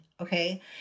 okay